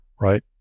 right